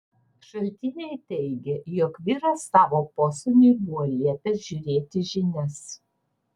šaltiniai teigė jog vyras savo posūniui buvo liepęs žiūrėti žinias